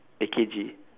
A K G